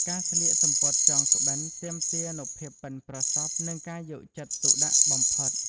ការស្លៀកសំពត់ចងក្បិនទាមទារនូវភាពប៉ិនប្រសប់និងការយកចិត្តទុកដាក់បំផុត។